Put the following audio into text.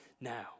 now